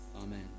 amen